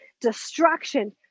destruction